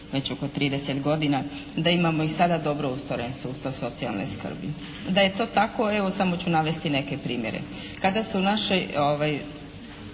već oko 30 godina, da imamo i sada dobro ostvaren sustav socijalne skrbi. Da je to tako evo samo ću navesti neke primjere. Kada su naši